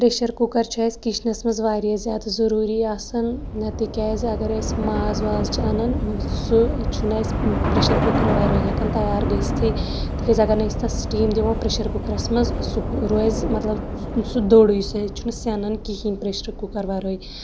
pressure cooker چھُ اَسہِ کِچنس منٛز واریاہ زیادٕ ضروری آسان نَتہٕ کیازِ اگر أسۍ ماز واز چھِ اَنان سُہ چھُنہ اسہِ پریشر کوکرٕ وَرٲے ہیٚکان تیار گٔژتھی تہِ کیازِ اگر نہٕ أسۍ تتھ سِٹیم دِمو پریشر کوکرس منٛز سُہ روزِ مطلب سُہ دورٕے مطلب سُہ چھُنہ سٮ۪نان کِہیٖنہ پریشر کوکر وَرٲے